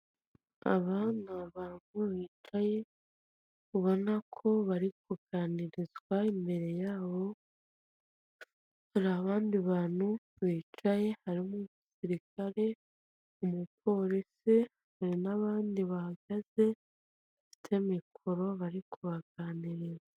Aba ni abantu bicaye, ubona ko bari kuganirazwa, imbere yabo hari abandi bantu bicaye, harimo umusirikare, umupolisi, hari n'abandi bahagaze bafite mikoro bari kubaganiriza.